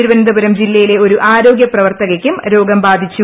തിരുവനന്തപുരം ജില്ലയിലെ ഒരു ആരോഗ്യ പ്രവർത്ത കയ്ക്കും രോഗം ബാധിച്ചു